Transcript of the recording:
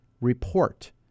report